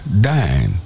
dying